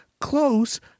close